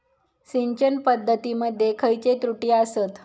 सिंचन पद्धती मध्ये खयचे त्रुटी आसत?